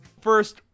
First